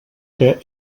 que